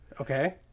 Okay